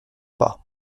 pas